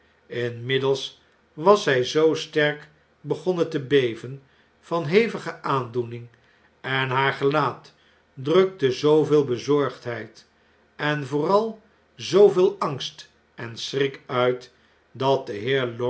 inmiddels was zg zoo sterk begonnen te beven van hevige aandoening en haar gelaat drukte zooveel bezorgdheid en vooral zooveel angst en schrik uit dat de